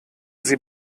sie